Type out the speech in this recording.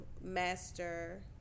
master